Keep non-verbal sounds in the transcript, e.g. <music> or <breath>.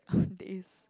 <breath> there is